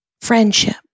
Friendship